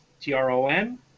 T-R-O-N